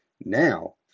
Now